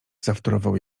zawtórował